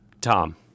Tom